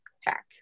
hack